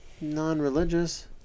non-religious